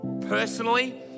Personally